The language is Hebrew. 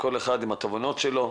כל אחד עם התובנות שלו,